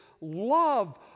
love